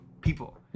people